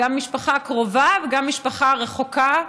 גם משפחה קרובה וגם משפחה רחוקה,